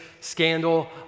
scandal